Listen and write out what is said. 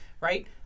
right